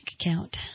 account